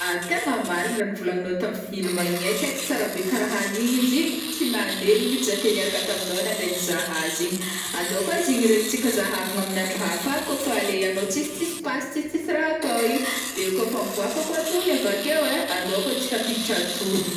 Tegna marigny ra nivolagninô tam film igny ai, kaiky tsara be karaha anigny izy igny tsy nagnenina mitsy za te niaraka taminô nande nizaha azy igny, andô koa izy igny iregnintsika zahavagna aminy andro hafa kô fa le anô tsisy tsisy passe, tsisy tsisy ra atao igny.de kô fa mivoaka koa tohigny avakeo ai, andao kô tsika ampiditra tohigny.